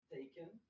Taken